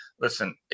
listen